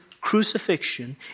crucifixion